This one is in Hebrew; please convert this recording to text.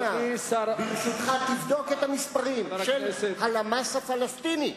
ברשותך, תבדוק את המספרים של הלמ"ס הפלסטיני,